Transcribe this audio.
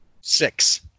Six